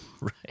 Right